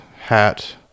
hat